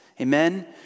Amen